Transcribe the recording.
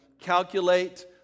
calculate